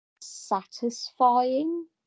satisfying